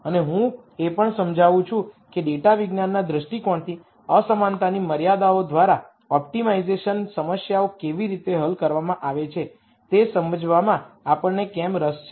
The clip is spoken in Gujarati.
અને હું એ પણ સમજાવું છું કે ડેટા વિજ્ઞાનના દ્રષ્ટિકોણથી અસમાનતાની મર્યાદાઓ દ્વારા ઓપ્ટિમાઇઝેશન સમસ્યાઓ કેવી રીતે હલ કરવામાં આવે છે તે સમજવામાં આપણને કેમ રસ છે